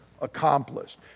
accomplished